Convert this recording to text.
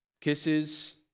kisses